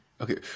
Okay